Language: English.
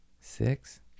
six